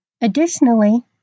Additionally